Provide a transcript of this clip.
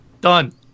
Done